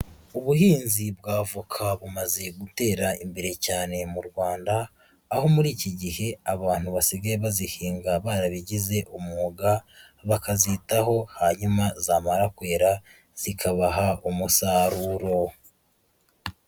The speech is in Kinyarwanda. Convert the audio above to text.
Ubuhinzi bwa avoka bumaze gutera imbere cyane mu Rwanda, aho muri iki gihe abantu basigaye bazihinga barabigize umwuga, bakazitaho hanyuma zamara kwera zikabaha umusaruro.